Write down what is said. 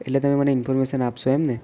એટલે તમે મને ઇન્ફોર્મેશન આપશો એમને